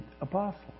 apostle